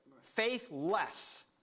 Faithless